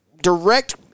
direct